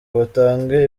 batange